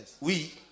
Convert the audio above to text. Oui